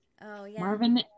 Marvin